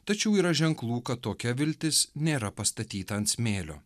tačiau yra ženklų kad tokia viltis nėra pastatyta ant smėlio